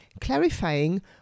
clarifying